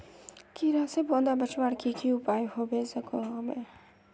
कीड़ा से पौधा बचवार की की उपाय होबे सकोहो होबे?